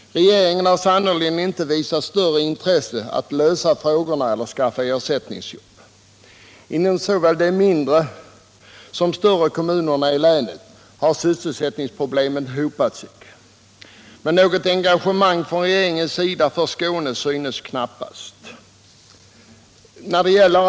Regeringen har sannerligen inte visat något större intresse av att lösa problemen eller skaffa fram ersättningsjobb. Inom såväl de större som de mindre kommunerna i länet har sysselsättningsproblemen hopat sig. Något engagemang för Skåne från regeringens sida synes knappast.